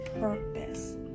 purpose